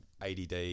ADD